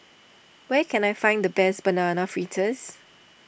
where can I find the best Banana Fritters